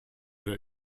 der